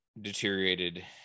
deteriorated